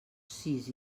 sis